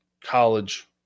college